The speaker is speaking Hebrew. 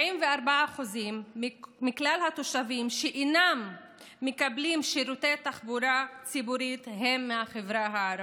44% מכלל התושבים שאינם מקבלים שירותי תחבורה ציבורית הם מהחברה הערבית,